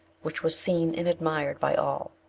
which was seen and admired by all.